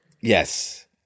Yes